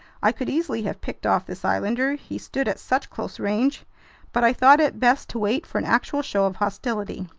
i could easily have picked off this islander, he stood at such close range but i thought it best to wait for an actual show of hostility.